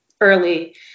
early